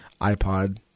iPod